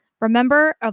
Remember